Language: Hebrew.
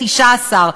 19,